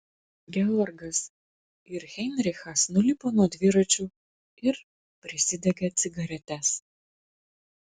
georgas ir heinrichas nulipo nuo dviračių ir prisidegė cigaretes